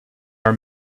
our